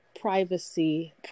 privacy